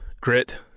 grit